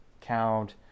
count